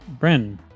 Bren